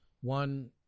one